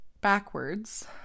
backwards